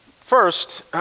First